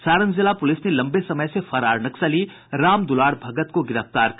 सारण जिला पुलिस ने लंबे समय से फरार नक्सली राम दुलार भगत को गिरफ्तार कर लिया है